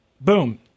boom